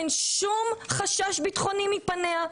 אין שום חשש ביטחוני מפניה.